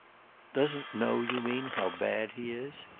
doesn't know, you mean, how bad he is?